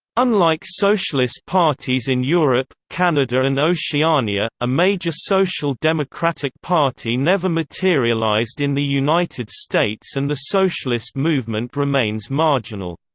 unlike socialist parties in europe, canada and oceania, a major social democratic party never materialized in the united states and the socialist movement remains marginal,